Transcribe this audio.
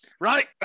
right